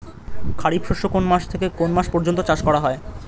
খারিফ শস্য কোন মাস থেকে কোন মাস পর্যন্ত চাষ করা হয়?